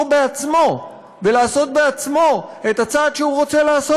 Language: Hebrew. בעצמו ולעשות בעצמו את הצעד שהוא רוצה לעשות.